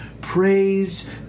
praise